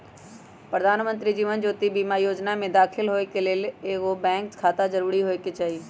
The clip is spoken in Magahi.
प्रधानमंत्री जीवन ज्योति बीमा जोजना में दाखिल होय के लेल एगो बैंक खाता जरूरी होय के चाही